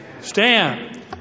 Stand